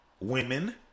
Women